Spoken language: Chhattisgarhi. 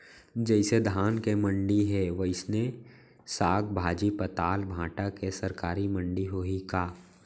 जइसे धान के मंडी हे, वइसने साग, भाजी, पताल, भाटा के सरकारी मंडी होही का?